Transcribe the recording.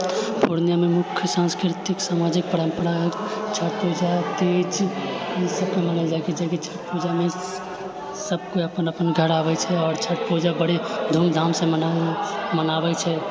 पूर्णियामे मुख्य सांस्कृतिक सामाजिक परम्परा छठ पूजा तीज ईसबके मानल जाइ छै छठ पूजामे सबकिओ अपन अपन घर आबै छै आओर छठ पूजा बड़ी धूमधामसँ मनाबै छै